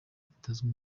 itazwi